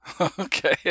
Okay